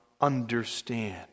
understand